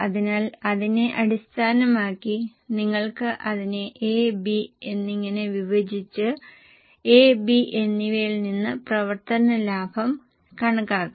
അതിനാൽ അതിനെ അടിസ്ഥാനമാക്കി നിങ്ങൾക്ക് അതിനെ AB എന്നിങ്ങനെ വിഭജിച്ച് A B എന്നിവയിൽ നിന്ന് പ്രവർത്തന ലാഭം കണക്കാക്കാം